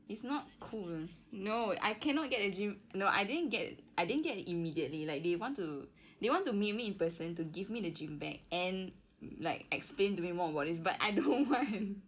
it's not cool no I cannot get the gym b~ no I didn't get I didn't get it immediately like they want to they want to meet me in person to give me the gym bag and like explain to me more about this but I don't want